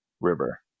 River